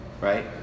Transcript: right